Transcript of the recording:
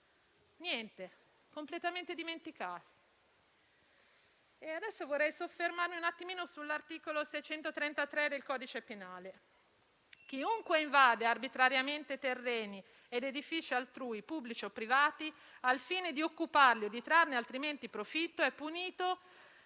state completamente dimenticate. Vorrei soffermarmi ora sull'articolo 633 del codice penale, secondo cui «Chiunque invade arbitrariamente terreni o edifici altrui, pubblici o privati, al fine di occuparli o di trarne altrimenti profitto, è punito,